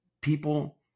people